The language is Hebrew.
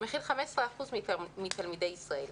מכיל 15% מתלמידי ישראל.